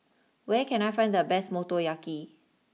where can I find the best Motoyaki